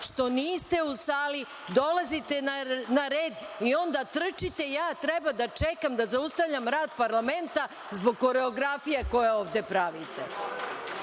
što niste u sali, dolazite na red i onda trčite, a ja treba da čekam, da zaustavljam rad parlamenta zbog koreografije koju ovde pravite.(Marko